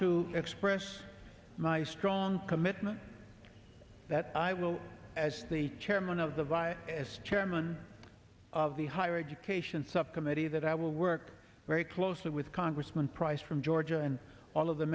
to express my strong commitment that i will as the chairman of the via as chairman of the higher education subcommittee that i will work very closely with congressman price from georgia and all of the